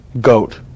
goat